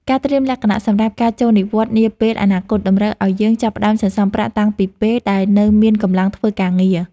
ការត្រៀមលក្ខណៈសម្រាប់ការចូលនិវត្តន៍នាពេលអនាគតតម្រូវឱ្យយើងចាប់ផ្ដើមសន្សំប្រាក់តាំងពីពេលដែលនៅមានកម្លាំងធ្វើការងារ។